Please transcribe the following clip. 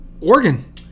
Oregon